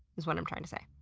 is what i'm trying to say.